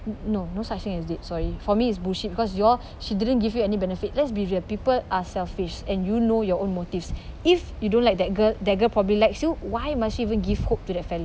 no no such thing as date sorry for me is bullshit because you all she didn't give you any benefit let's be real people are selfish and you know your own motives if you don't like that girl that girl probably likes you why must she even give hope to that fella